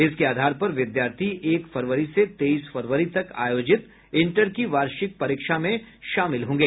इसके आधार पर विद्यार्थी एक फरवरी से तेईस फरवरी तक आयोजित इंटर की वार्षिक परीक्षा में शामिल होंगे